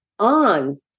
on